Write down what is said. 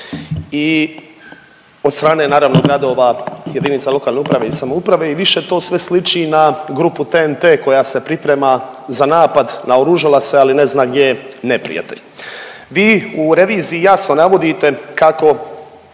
i od strane naravno, gradova i jedinica lokalne uprave i samouprave i više to sve sliči na grupu TNT koja se priprema za napad, naoružala se, ali ne zna gdje je neprijatelj. Vi u reviziji javno navodite kako